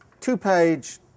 two-page